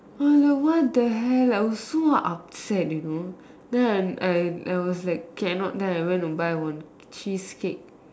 !aiya! what the hell I was so upset you know then I I I was like cannot then I went to buy one cheesecake